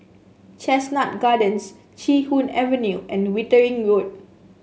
Chestnut Gardens Chee Hoon Avenue and Wittering Road